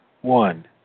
One